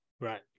Right